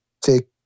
take